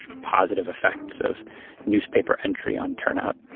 positive effects of newspaper entry on turnout.